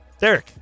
Derek